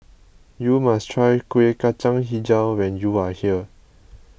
you must try Kuih Kacang HiJau when you are here